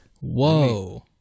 whoa